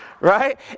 Right